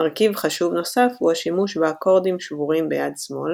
מרכיב חשוב נוסף הוא השימוש באקורדים שבורים ביד שמאל